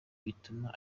bituma